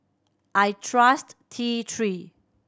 I trust T Three